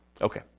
Okay